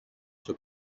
στο